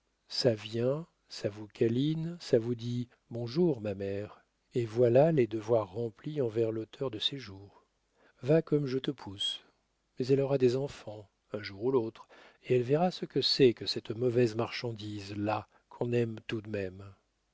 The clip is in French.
ça vient ça vous câline ça vous dit bonjour ma mère et voilà leux devoirs remplis envers l'auteur de ses jours va comme je te pousse mais elle aura des enfants un jour ou l'autre et elle verra ce que c'est que cette mauvaise marchandise là qu'on aime tout de même